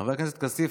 חבר הכנסת כסיף,